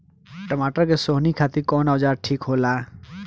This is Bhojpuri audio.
टमाटर के सोहनी खातिर कौन औजार ठीक होला?